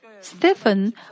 Stephen